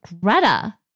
Greta